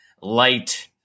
light